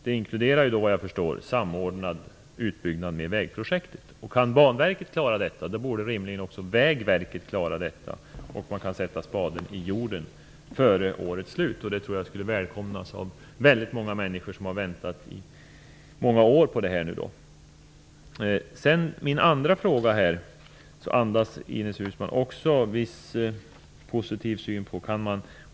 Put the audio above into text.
Det inkluderar enligt vad jag förstår en samordning med vägprojektet. Kan Banverket klara detta borde rimligen också Vägverket klara att sätta spaden i jorden före årets slut. Det tror jag skulle välkomnas av många människor som har väntat i många år på det. Ines Uusmanns svar andas en positiv syn också på det som min andra fråga gäller.